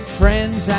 friends